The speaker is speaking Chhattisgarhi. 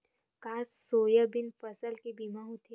का सोयाबीन फसल के बीमा होथे?